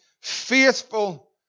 faithful